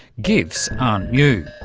gifs aren't new.